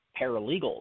paralegals